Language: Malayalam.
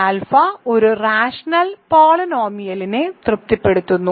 ആൽഫ ഒരു റാഷണൽ പോളിനോമിയലിനെ തൃപ്തിപ്പെടുത്തുന്നു